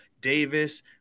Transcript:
Davis